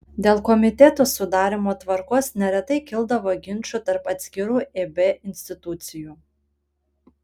dėl komitetų sudarymo tvarkos neretai kildavo ginčų tarp atskirų eb institucijų